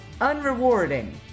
unrewarding